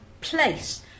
place